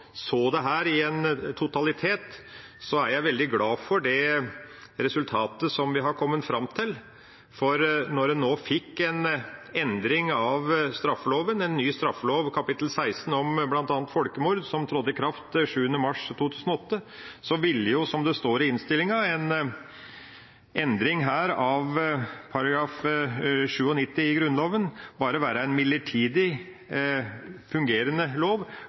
så dette i en totalitet, er jeg veldig glad for det resultatet som vi har kommet fram til. Når en fikk en endring av straffeloven med kapittel 16 om bl.a. folkemord, som trådte i kraft den 7. mars 2008, ville − som det står i innstillinga − en endring av § 97 i Grunnloven bare være midlertidig fungerende,